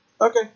okay